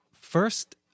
first